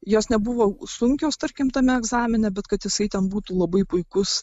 jos nebuvau sunkios tarkim tame egzamine bet kad jisai ten būtų labai puikus